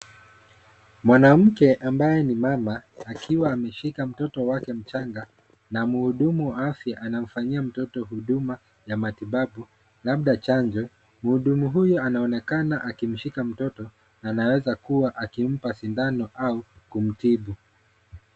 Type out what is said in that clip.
Mwanamke ambaye ni mama akiwa ameshika mtoto wake mchanga na mhudumu wa afya anamfanyia mtoto huduma ya matibabu labda chanjo. Mhudumu huyu anaonekana akimshika mtoto na anaweza kuwa akimpa sindano au kumtibu.